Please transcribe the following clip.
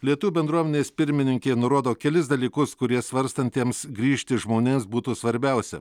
lietuvių bendruomenės pirmininkė nurodo kelis dalykus kurie svarstantiems grįžti žmonėms būtų svarbiausi